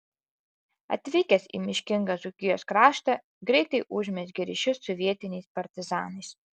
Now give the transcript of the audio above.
atvykęs į miškingą dzūkijos kraštą greitai užmezgė ryšius su vietiniais partizanais